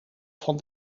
van